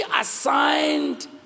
assigned